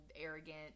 arrogant